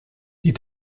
die